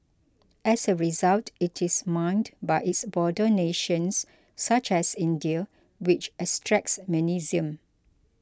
as a result it is mined by its border nations such as India which extracts magnesium